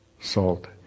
salt